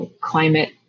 climate